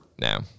no